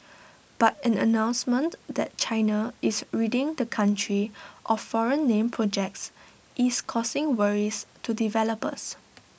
but an announcement that China is ridding the country of foreign name projects is causing worries to developers